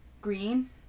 green